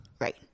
Right